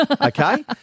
okay